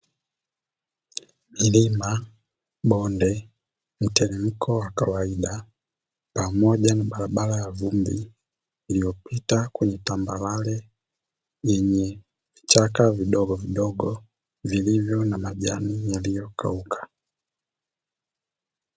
Milima, bonde, mteremko wa kawaida pamoja na barabara ya vumbi iliyopita kwenye tambarare yenye vichaka vidogovidogo vilivyo na majani yaliyokauka.